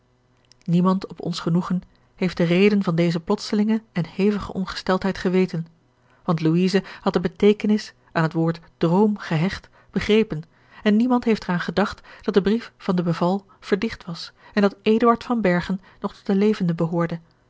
niemand op ons genoegen heeft de reden van deze plotselinge en hevige ongesteldheid geweten want louise had de beteekenis aan het woord droom gehecht begrepen en niemand heeft er aan gedacht dat de brief van de beval verdicht was en dat eduard van bergen nog tot de levenden behoorde